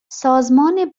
سازمان